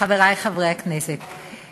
חברי חברי הכנסת,